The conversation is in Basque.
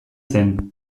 zen